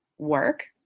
Work